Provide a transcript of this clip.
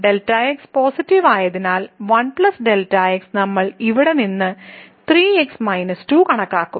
Δ x positive ആയതിനാൽ 1 Δ x നമ്മൾ ഇവിടെ നിന്ന് 3x 2 കണക്കാക്കും